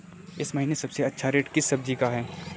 इस महीने सबसे अच्छा रेट किस सब्जी का है?